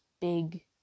big